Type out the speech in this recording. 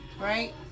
right